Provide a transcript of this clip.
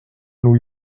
new